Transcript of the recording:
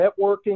networking